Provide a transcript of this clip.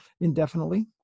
indefinitely